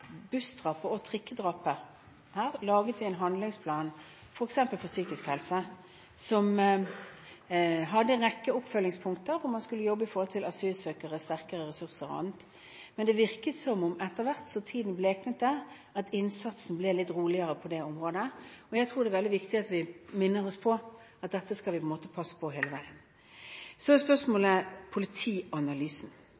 og trikkedrapet, laget vi en handlingsplan f.eks. for psykisk helse. Den hadde en rekke oppfølgingspunkter, om at man skulle jobbe med asylsøkere, flere ressurser og annet. Det virket som at ettersom tiden gikk, så bleknet det – innsatsen ble litt roligere på det området. Jeg tror det er veldig viktig at vi minner oss selv om at vi skal passe på dette hele veien. Så er